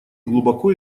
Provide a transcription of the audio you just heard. глубоко